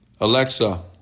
Alexa